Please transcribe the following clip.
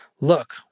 look